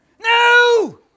No